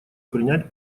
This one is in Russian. принять